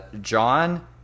John